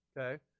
okay